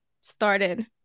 started